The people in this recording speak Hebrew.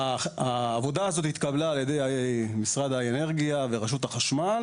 העבודה האת התבלה על ידי משרד האנרגיה ורשות החשמל